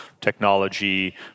technology